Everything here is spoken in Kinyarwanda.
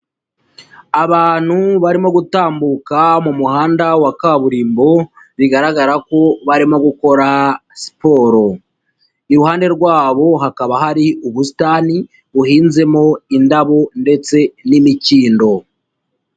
Abantu barimo gutambuka mu muhanda wa kaburimbo, bigaragara ko barimo gukora siporo, iruhande rwabo hakaba hari ubusitani buhinzemo indabo ndetse n'imikindo.